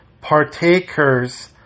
partakers